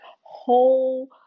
Whole